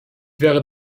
wäre